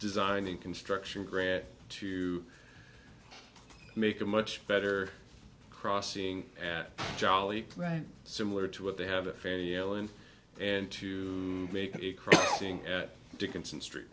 design and construction grant to make a much better crossing at jolly similar to what they have a failing and to make a crossing at dickinson